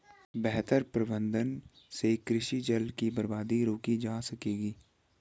बेहतर प्रबंधन से कृषि जल की बर्बादी रोकी जा सकेगी